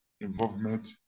involvement